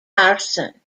carson